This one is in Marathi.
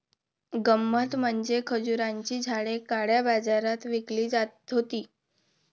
गंमत म्हणजे खजुराची झाडे काळ्या बाजारात विकली जात होती